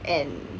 and